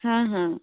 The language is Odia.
ହଁ ହଁ